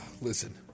Listen